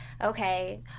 Okay